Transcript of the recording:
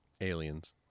Aliens